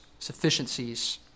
sufficiencies